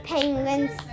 Penguins